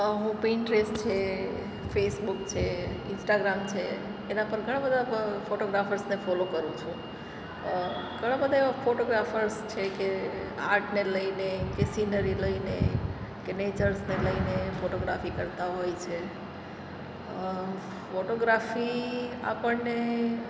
હું પીન્ટરેસ્ટ છે ફેસબુક છે ઇન્સ્ટાગ્રામ છે એના પર ઘણા બધા ફોટોગ્રાફર્સને ફોલો કરું છું ઘણા બધા એવા ફોટોગ્રાફર્સ છે કે આર્ટને લઈને કે સીનરી લઈને કે નેચર્સને લઈને ફોટોગ્રાફી કરતા હોય છે ફોટોગ્રાફી આપણને